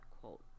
quote